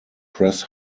press